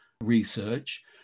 research